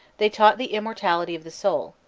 they taught the immortality of the soul,